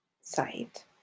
site